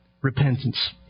repentance